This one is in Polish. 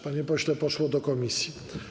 Panie pośle, poszło do komisji.